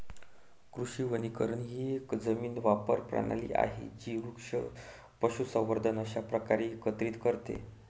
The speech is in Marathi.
कृषी वनीकरण ही एक जमीन वापर प्रणाली आहे जी वृक्ष, पशुसंवर्धन अशा प्रकारे एकत्रित करते